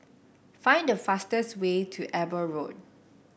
find the fastest way to Eber Road